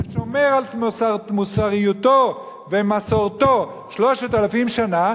ששומר על מוסריותו ומסורתו 3,000 שנה.